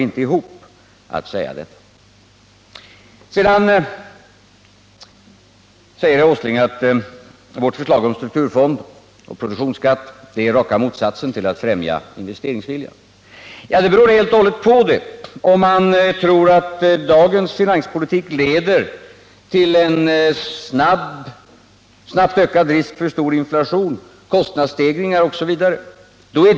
Sedan säger herr Åsling att vårt förslag om strukturfonder och produktionsskatt är raka motsatsen till att främja investeringsviljan. Ja, det beror helt och hållet på om man tror att dagens finanspolitik leder till en snabbt ökad risk för stor inflation, kostnadsstegringar osv.